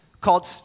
called